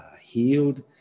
healed